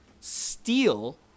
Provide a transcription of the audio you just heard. steal